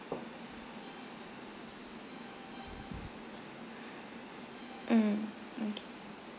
mm okay